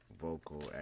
vocal